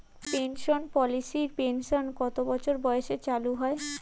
Pension পলিসির pension কত বছর বয়সে চালু হয়?